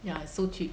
ya so cheap